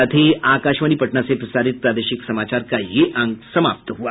इसके साथ ही आकाशवाणी पटना से प्रसारित प्रादेशिक समाचार का ये अंक समाप्त हुआ